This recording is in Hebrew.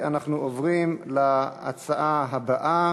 אנחנו עוברים להצעה הבאה: